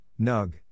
NUG